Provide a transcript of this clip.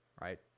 right